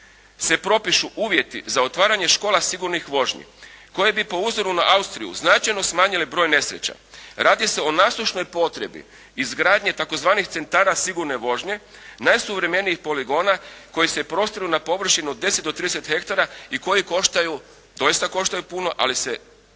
se propišu uvjeti za otvaranje škola sigurnih vožnji koje bi po uzoru na Austriju značajno smanjile broj nesreća. Radi se o nasušnoj potrebi izgradnje tzv. centara sigurne vožnje, najsuvremenijih poligona koji se prostiru na površini od 10 do 30 hektara i koji koštaju, doista koštaju puno ali vrijedi